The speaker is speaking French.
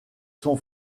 son